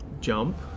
jump